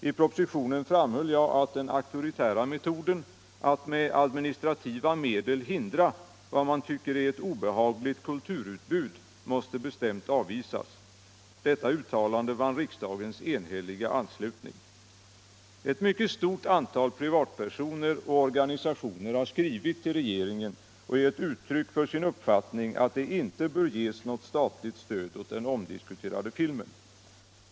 I propositionen framhöll jag att ”den auktoritära metoden att med administrativa medel hindra vad man tycker är ett obehagligt kulturutbud måste bestämt avvisas”. Detta uttalande vann riksdagens enhälliga anslutning. Ett mycket stort antal privatpersoner och organisationer har skrivit till regeringen och gett uttryck för sin uppfattning att det inte bör ges något statligt stöd åt den omdiskuterade filmen.